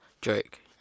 Drake